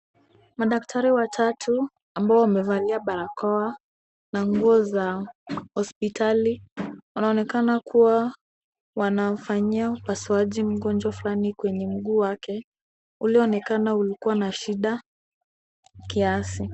Madaktari watatu ambao wamevalia barakoa na nguo za hospitali wanaonekana kuwa wanafanyia upasuaji mgonjwa fulani kwenye mguu wake ulionekana ulikuwa na shida kiasi.